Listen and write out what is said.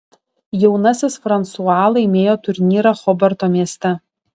jaunasis fransua laimėjo turnyrą hobarto mieste